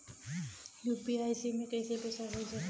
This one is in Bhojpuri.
यू.पी.आई से कईसे पैसा भेजब?